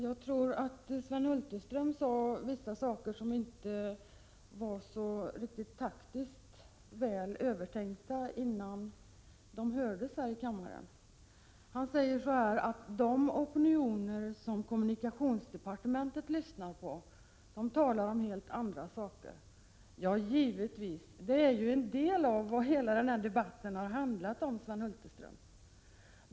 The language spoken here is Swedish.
Herr talman! Sven Hulterström sade vissa saker som nog inte var så taktiskt väl övertänkta. Han sade att de opinioner som kommunikationsdepartementet lyssnar på talar om helt andra saker. Ja, givetvis— det är ju en del av vad hela denna debatt har handlat om, Sven Hulterström.